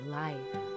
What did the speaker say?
life